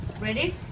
ready